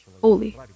Holy